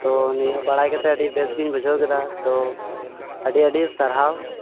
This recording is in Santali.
ᱛᱳ ᱱᱤᱭᱟᱹ ᱵᱟᱲᱟᱭ ᱠᱟᱛᱮᱸᱫ ᱟᱹᱰᱤ ᱵᱮᱥᱜᱮᱧ ᱵᱩᱡᱷᱟᱹᱣ ᱠᱮᱫᱟ ᱛᱳ ᱟᱹᱰᱤ ᱟᱹᱰᱤ ᱥᱟᱨᱦᱟᱣ